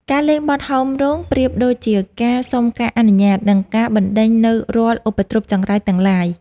ការលេងបទហោមរោងប្រៀបដូចជាការសុំការអនុញ្ញាត និងការបណ្ដេញនូវរាល់ឧបទ្រពចង្រៃទាំងឡាយ